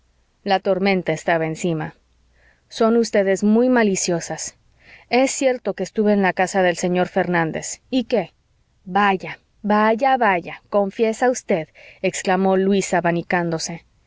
la tormenta estaba encima son ustedes muy maliciosas es cierto que estuve en la casa del señor fernández y qué vaya vaya confiesa usted exclamó luisa abanicándose